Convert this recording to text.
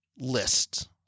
list